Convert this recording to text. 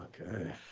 Okay